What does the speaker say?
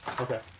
Okay